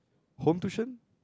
home tuition